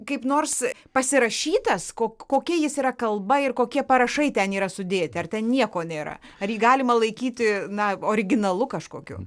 kaip nors pasirašytas kok kokia jis yra kalba ir kokie parašai ten yra sudėti ar ten nieko nėra ar jį galima laikyti na originalu kažkokiu